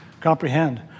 comprehend